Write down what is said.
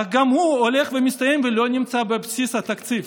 אך גם הוא הולך ומסתיים, ולא נמצא בבסיס התקציב.